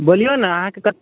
बोलिऔ ने अहाँके कते